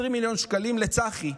20 מיליון שקלים לצח"י.